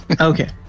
okay